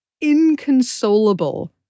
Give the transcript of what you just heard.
inconsolable